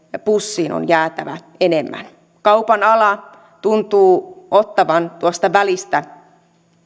pussiin on jäätävä enemmän kaupan ala tuntuu ottavan tuosta välistä